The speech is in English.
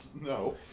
no